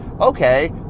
okay